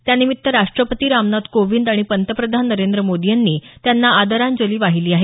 त्यानिमित्त राष्टपती रामनाथ कोविंद आणि पंतप्रधान नरेंद्र मोदी यांनी त्यांना आदरांजली वाहिली आहे